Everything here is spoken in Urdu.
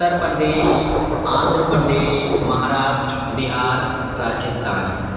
اتر پردیش آندھرا پردیش مہاراشٹر بہار راجستھان